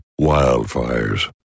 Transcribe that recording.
wildfires